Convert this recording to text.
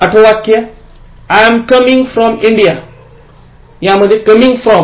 आठवा वाक्य I'm coming from India